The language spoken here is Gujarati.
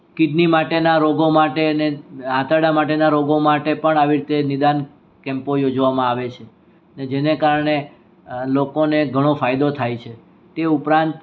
કિડની માટેના રોગો માટે અને આંતરડા માટેના રોગો માટે પણ આવી રીતે નિદાન કેમ્પો યોજવામાં આવે છે ને જેને કારણે લોકોને ઘણો ફાયદો થાય છે તે ઉપરાંત